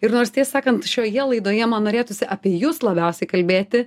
ir nors tiesą sakant šioje laidoje man norėtųsi apie jus labiausiai kalbėti